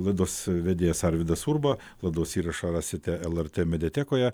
laidos vedėjas arvydas urba laidos įrašą rasite lrt mediatekoje